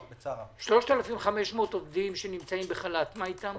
3,500 עובדים שנמצאים בחל"ת מה איתם?